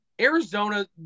Arizona –